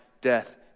death